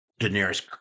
Daenerys